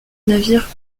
navire